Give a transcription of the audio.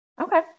okay